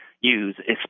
use